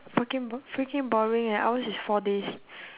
fucking bor~ freaking boring eh ours is four days